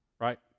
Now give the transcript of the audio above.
right